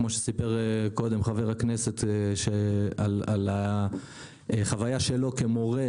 כמו שסיפר קודם חבר הכנסת על החוויה שלו כמורה,